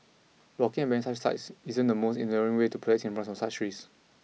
blocking and banning such sites isn't the most enduring way to protect Singaporeans from such risks